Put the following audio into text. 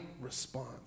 response